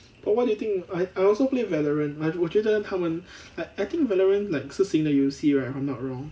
but what do you think I I also play valorant like 我觉得他们 like I think valorant like 是新的游戏 right if I'm not wrong